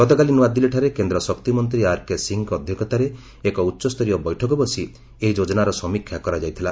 ଗତକାଲି ନୂଆଦିଲ୍ଲୀଠାରେ କେନ୍ଦ୍ର ଶକ୍ତିମନ୍ତ୍ରୀ ଆର୍କେ ସିଂଙ୍କ ଅଧ୍ୟକ୍ଷତାରେ ଏକ ଉଚ୍ଚସ୍ତରୀୟ ବୈଠକ ବସି ଏହି ଯୋଜନାର ସମୀକ୍ଷା କରାଯାଇଥିଲା